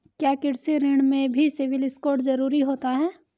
क्या कृषि ऋण में भी सिबिल स्कोर जरूरी होता है?